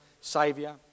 savior